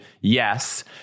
Yes